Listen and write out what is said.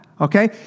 okay